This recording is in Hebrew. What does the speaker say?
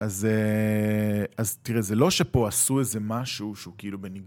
אז תראה, זה לא שפה עשו איזה משהו שהוא כאילו בניגוד...